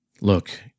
look